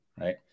right